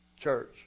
church